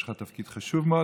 יש לך תפקיד חשוב מאוד,